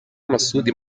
masudi